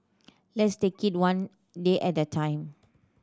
let's take it one day at the time